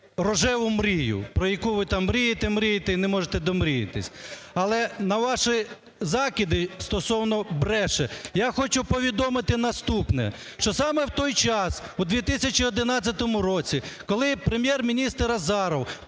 рожеву мрію, про яку ви там мрієте, мрієте і не можете домріятись. Але на ваші закиди стосовно "бреше" я хочу повідомити наступне. Що саме в той час, у 2011 році, коли Прем'єр-міністр Азаров